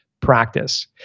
practice